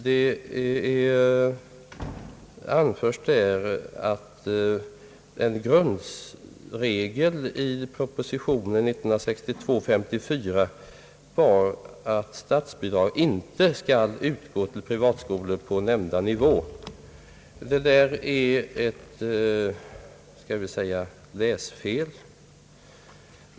Det anförs i den att en grundregel i propositionen år 1962 nr 54 var att statsbidrag inte skall utgå till privatskolor på nämnda nivå. Det föreligger där ett läsfel.